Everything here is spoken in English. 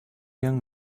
young